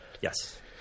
Yes